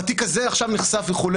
בתיק הזה עכשיו נחשף וכו',